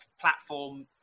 platform